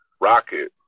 Rocket